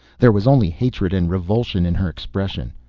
there was only hatred and revulsion in her expression.